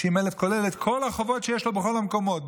כולל את כל החובות שיש לו בכלל המקומות,